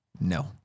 no